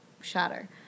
shatter